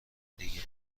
دیگه